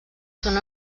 són